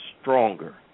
stronger